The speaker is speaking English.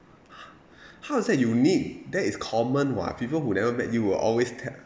how is that unique that is common what people who never met you will always tell